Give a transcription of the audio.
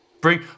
bring